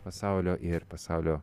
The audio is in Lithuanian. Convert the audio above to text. pasaulio ir pasaulio